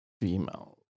Female